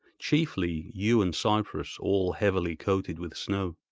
chiefly yew and cypress all heavily coated with snow.